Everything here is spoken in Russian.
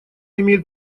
имеет